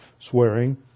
swearing